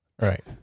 Right